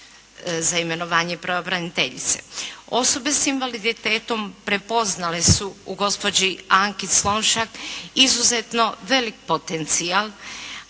za imenovanje pravobraniteljice. Osobe s invaliditetom prepoznale su u gospođi Anki Slonjšak izuzetno veliki potencijal.